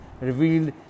revealed